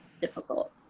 difficult